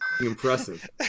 impressive